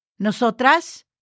Nosotras